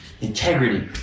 Integrity